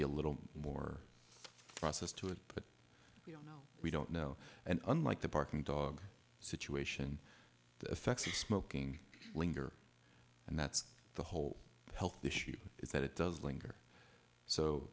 be a little more process to it but we don't know and unlike the park and dog situation the effects of smoking linger and that's the whole health issue is that it does linger so